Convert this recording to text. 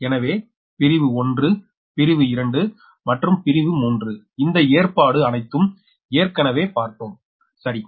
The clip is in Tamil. எனவே பிரிவு 1பிரிவு 2 மற்றும் பிரிவு 3 இந்த ஏற்பாடு அனைத்தும் ஏற்கனவே பார்த்தோம் சரி